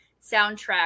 soundtrack